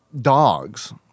Dogs